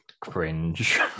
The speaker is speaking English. cringe